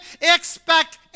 expect